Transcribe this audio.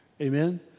Amen